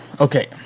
Okay